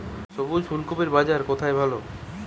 সবুজ ফুলকপির বাজার কোথায় ভালো?